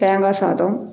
தேங்காய் சாதம்